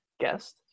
guest